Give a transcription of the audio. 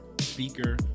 speaker